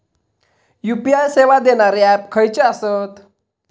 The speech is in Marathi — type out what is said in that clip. यू.पी.आय सेवा देणारे ऍप खयचे आसत?